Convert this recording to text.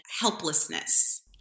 helplessness